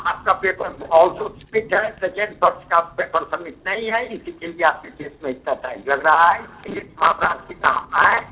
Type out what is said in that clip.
आपका paper also submit है second second पक्ष का पेपर सबमिट नहीं है इसी के लिए आपके केस में इतना टाइम लग रहा है